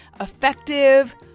effective